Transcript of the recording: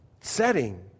setting